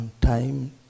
time